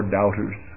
doubters